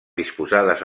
disposades